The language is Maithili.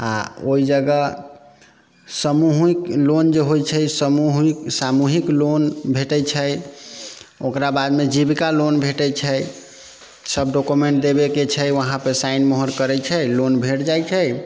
आओर ओइ जगह समूहिक लोन जे होइ छै समूहिक सामूहिक लोन भेटै छै ओकरा बादमे जीविका लोन भेटै छै सभ डॉक्युमेन्ट देबे के छै उहाँपर साइन मोहर करै छै लोन भेट जाइ छै